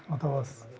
ಅಥವಾ ಸ್